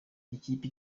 ikipe